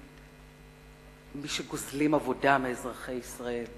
כמי שגוזלים עבודה מאזרחי ישראל.